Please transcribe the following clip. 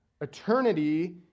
eternity